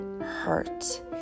hurt